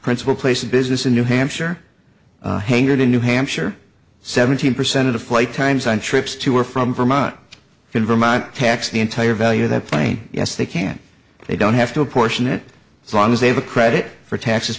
principal place of business in new hampshire hangared in new hampshire seventeen percent of the flight times on trips to or from vermont in vermont tax the entire value of that plane yes they can they don't have to apportion it as long as they have a credit for taxes